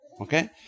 Okay